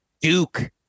Duke